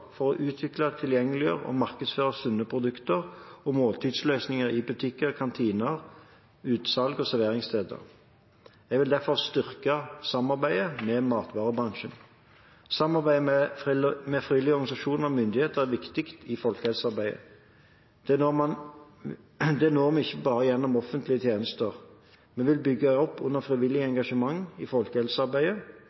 for å utvikle, tilgjengeliggjøre og markedsføre sunne produkter og måltidsløsninger i butikker, kantiner, utsalg og serveringssteder. Jeg vil derfor styrke samarbeidet med matvarebransjen. Samarbeidet mellom frivillige organisasjoner og myndighetene er viktig i folkehelsearbeidet. De frivillige organisasjonene når mange vi ikke når gjennom offentlige tjenester. Jeg vil bygge opp under frivillig